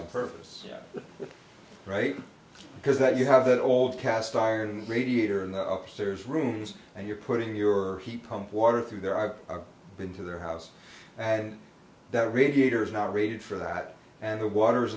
on purpose right because that you have that all of cast iron radiator in the upstairs rooms and you're putting your heat pump water through there i've been to their house and that radiator is not rated for that and the water